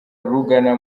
rugana